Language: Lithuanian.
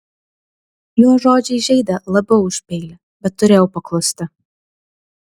jo žodžiai žeidė labiau už peilį bet turėjau paklusti